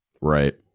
Right